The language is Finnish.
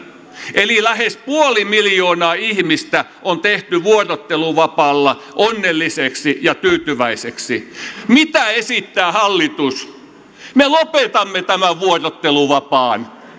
eli lähes puoli miljoonaa ihmistä on tehty vuorotteluvapaalla onnelliseksi ja tyytyväiseksi mitä esittää hallitus me lopetamme tämän vuorotteluvapaan